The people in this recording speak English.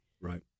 Right